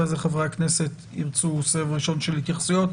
אחרי זה חברי הכנסת ירצו סבב של התייחסויות,